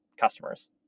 customers